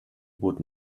would